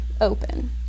open